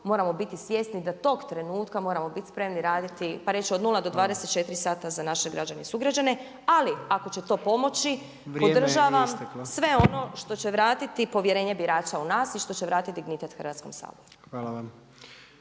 moramo biti svjesni da tog trenutka moramo biti spremni raditi, pa reći od 0-24h za naše građane i sugrađane. Ali ako će to pomoći, … …/Upadica Jandroković: Vrijeme je isteklo./… … podržavam sve ono što će vratiti povjerenje birača u nas i što će vratiti dignitet Hrvatskom saboru.